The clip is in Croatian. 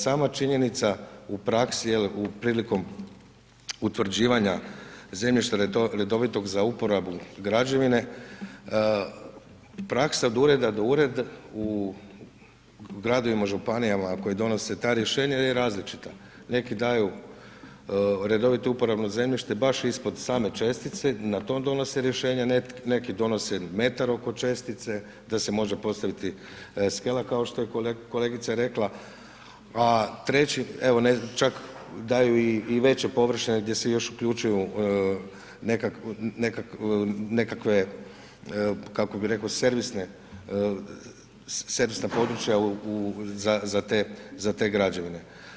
Sama činjenica u praksi jel, prilikom utvrđivanja zemljišta redovitog za uporabu građevine, praksa od ureda u gradovima, županijama a koje donose ta rješenja je različita, neki daju redovito uporabno zemljište baš ispod same čestice, na tom donese rješenje, neki donose metar oko čestice da se može postaviti skela kao što je kolegica rekla a treći evo čak daju i veće površine gdje se još uključuju nekakve kako bi rekao, servisna područja za te građevine.